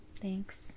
Thanks